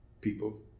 people